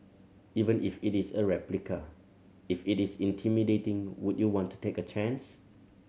even if it is a replica if it is intimidating would you want to take a chance